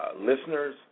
listeners